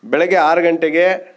ಬೆಳಿಗ್ಗೆ ಆರು ಗಂಟೆಗೆ